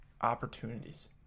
opportunities